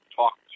talk